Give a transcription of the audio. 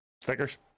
stickers